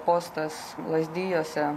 postas lazdijuose